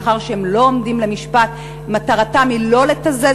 מאחר שהם לא עומדים למשפט מטרתם היא לא לתזז